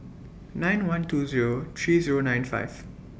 nine one two Zero three Zero nine five